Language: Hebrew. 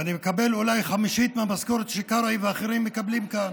ואני מקבל אולי חמישית מהמשכורת שקרעי ואחרים מקבלים כאן.